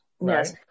Yes